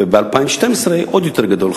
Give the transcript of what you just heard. וב-2012 עוד יותר גדול,